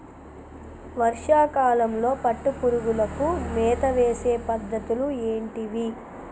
వర్షా కాలంలో పట్టు పురుగులకు మేత వేసే పద్ధతులు ఏంటివి?